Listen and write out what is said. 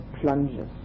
plunges